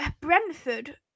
Brentford